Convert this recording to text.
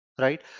Right